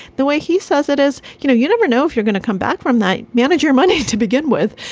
the way he says it is, you know, you never know if you're going to come back from night, manage your money to begin with.